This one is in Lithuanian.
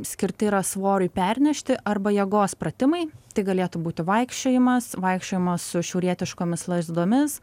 skirti yra svorį pernešti arba jėgos pratimai tai galėtų būti vaikščiojimas vaikščiojimas su šiaurietiškomis lazdomis